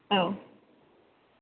औ